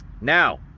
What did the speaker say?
Now